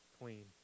clean